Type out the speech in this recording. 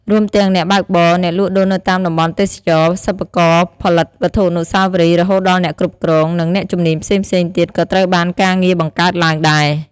រួមទាំង អ្នកបើកបរ អ្នកលក់ដូរនៅតាមតំបន់ទេសចរណ៍ សិប្បករផលិតវត្ថុអនុស្សាវរីយ៍ រហូតដល់អ្នកគ្រប់គ្រង និងអ្នកជំនាញផ្សេងៗទៀតក៏ត្រូវបានការងារបង្កើតឡើងដែរ។